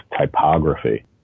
typography